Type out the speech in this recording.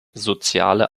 soziale